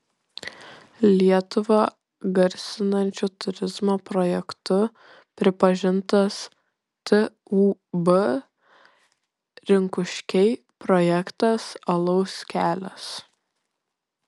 lietuvą garsinančiu turizmo projektu pripažintas tūb rinkuškiai projektas alaus kelias